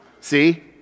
See